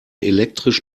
elektrisch